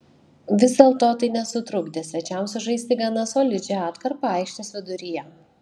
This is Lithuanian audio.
vis dėlto tai nesutrukdė svečiams sužaisti gana solidžią atkarpą aikštės viduryje